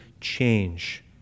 change